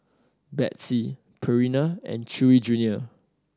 Betsy Purina and Chewy Junior